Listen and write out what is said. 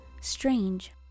strange